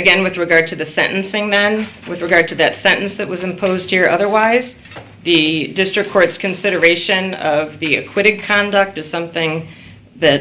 again with regard to the sentencing man with regard to that sentence that was imposed here otherwise the district court's consideration of the acquitted conduct is something that